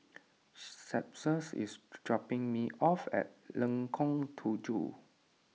Cephus is dropping me off at Lengkong Tujuh